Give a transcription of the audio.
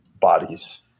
bodies